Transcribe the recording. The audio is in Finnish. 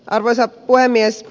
arvoisa puhemies